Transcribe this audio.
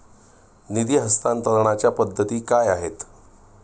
निधी हस्तांतरणाच्या पद्धती काय आहेत?